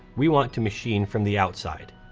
we want to machine from the outside.